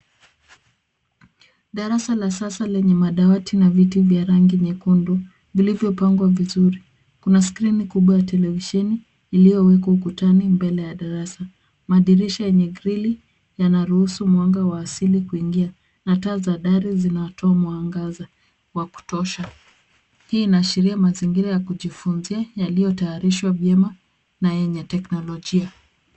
Darasa la sasa lenye madawati na viti vya rangi nyekundu, vilivyopangwa vizuri. Kuna skrini kubwa ya televisheni, iliyowekwa ukutani, mbele ya darasa. Madirisha yenye grili , yanaruhusu mwanga wa asili kuingia, na taa za dari zinatoa mwangaza, wa kutosha. Hii inaashiria mazingira ya kujifunzia, yaliyotayarishwa vyema, na yenye teknolojia.